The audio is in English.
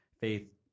Faith